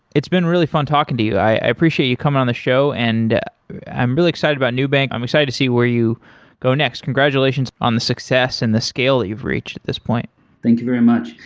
it's been really fun talking to you. i appreciate you coming on the show and i'm really excited by nubank. i'm excited to see where you go next. congratulations on the success and the scale that you've reached at this point thank you very much.